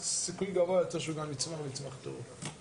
יש סיכוי גבוה יותר שהוא גם יצמח ויצמח טוב.